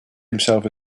himself